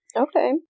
Okay